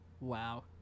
wow